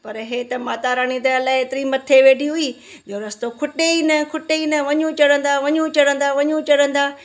पर हे त माता रानी त अलाइ एतिरी मथे वेठी हुई जो रस्तो खुटे ई न खुटे ई न वञू चढ़ंदा वञू चढ़ंदा वञू